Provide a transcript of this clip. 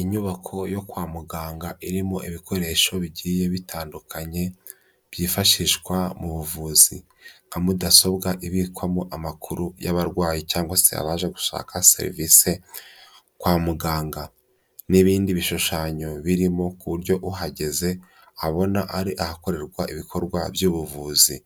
Inyubako yo kwa muganga irimo ibikoresho bigiye bitandukanye, byifashishwa mu buvuzi nka mudasobwa ibikwamo amakuru y'abarwayi cyangwa se abaje gushaka serivise kwa muganga n'ibindi bishushanyo birimo ku buryo uhageze abona ari ahakorerwa ibikorwa by'ubuvuzi